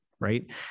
Right